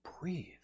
breathe